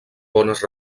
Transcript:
bones